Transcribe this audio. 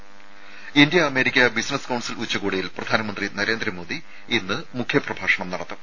ത India America business council ഉച്ചകോടിയിൽ പ്രധാനമന്ത്രി നരേന്ദ്രമോദി ഇന്ന് മുഖ്യ പ്രഭാഷണം നടത്തും